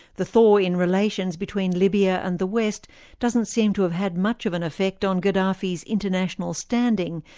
the thaw in relations between libya and the west doesn't seem to have had much of an effect on gaddafi's international standing,